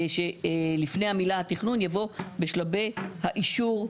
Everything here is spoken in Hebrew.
שלפני המילה "תכנון" יבוא "בשלבי האישור,